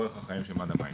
אורך החיים של מד המים,